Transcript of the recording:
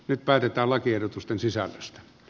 nyt päätetään lakiehdotusten sisällöstä